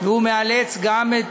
והוא מאלץ גם את